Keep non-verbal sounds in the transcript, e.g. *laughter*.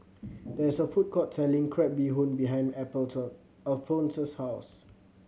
there is a food court selling crab bee hoon behind *unintelligible* Alphonse's house